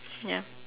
ya